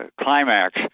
climax